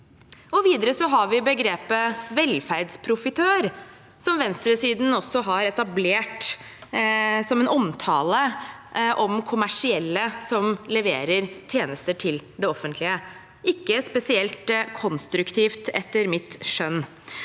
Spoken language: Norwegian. Videre har vi begrepet «velferdsprofitør», som venstresiden har etablert som en omtale av kommersielle som leverer tjenester til det offentlige. Det er ikke spesielt konstruktivt, etter mitt skjønn.